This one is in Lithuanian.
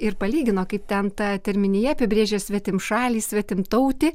ir palygino kaip ten ta terminija apibrėžia svetimšalį svetimtautį